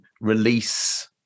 release